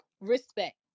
respect